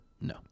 no